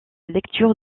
lecture